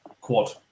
Quad